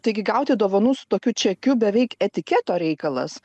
taigi gauti dovanų su tokiu čekiu beveik etiketo reikalas